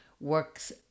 works